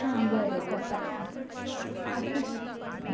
हां बरें जाता आता